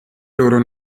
loro